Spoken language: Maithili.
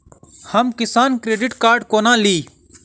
हम किसान क्रेडिट कार्ड कोना ली?